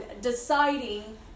deciding